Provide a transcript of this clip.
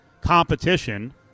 competition